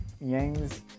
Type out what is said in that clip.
Yang's